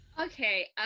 okay